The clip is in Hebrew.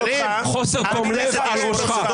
חוסר תום לב על ראשך.